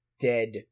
dead